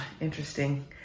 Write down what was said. interesting